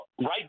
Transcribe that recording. Right